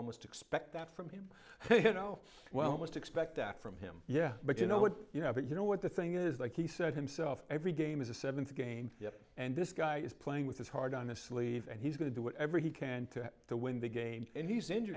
almost expect that from him you know well most expect that from him yeah but you know what you know but you know what the thing is that he said himself every game is a seventh game and this guy is playing with his heart on the sleeve and he's going to do whatever he can to to win the game and he's in